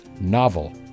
novel